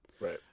Right